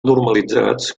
normalitzats